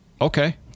okay